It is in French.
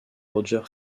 roger